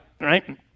right